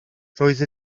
roedd